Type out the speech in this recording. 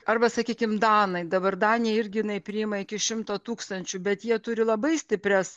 arba sakykim danai dabar danija irgi jinai priima iki šimto tūkstančių bet jie turi labai stiprias